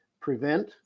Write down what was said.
prevent